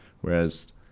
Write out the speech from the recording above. Whereas